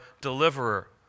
deliverer